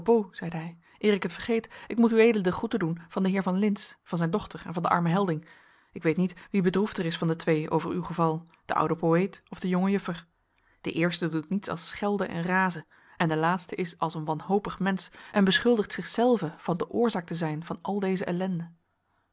ik het vergeet ik moet ued de groete doen van den heer van lintz van zijn dochter en van den armen helding ik weet niet wie bedroefder is van de twee over uw geval de oude poëet of de jonge juffer de eerste doet niets als schelden en razen en de laatste is als een wanhopig mensch en beschuldigt zichzelve van de oorzaak te zijn van al deze ellende